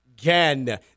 again